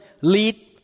lead